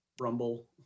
rumble